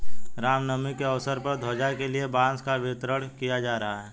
राम नवमी के अवसर पर ध्वजा के लिए बांस का वितरण किया जा रहा है